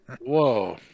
Whoa